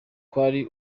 kwari